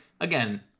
Again